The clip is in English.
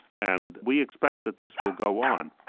and we expect that this will go on.